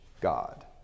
God